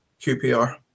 QPR